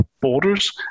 borders